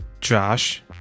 josh